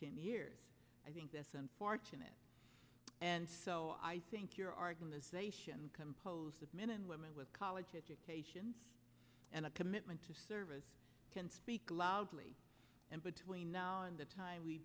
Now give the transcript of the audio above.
ten years i think that's unfortunate and so i think your argument and composed of men and women with college educations and a commitment to service can speak loudly and between now and the time we